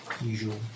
usual